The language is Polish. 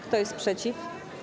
Kto jest przeciw?